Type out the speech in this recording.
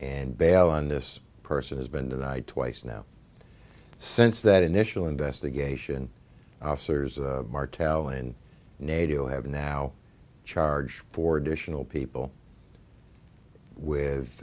and bail on this person has been denied twice now since that initial investigation cers martel and nato have now charged for additional people with